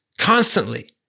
Constantly